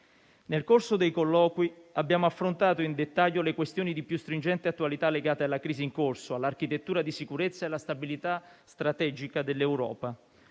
Nel corso dei colloqui abbiamo affrontato in dettaglio le questioni di più stringente attualità legate alla crisi in corso, all'architettura di sicurezza e alla stabilità strategica dell'Europa.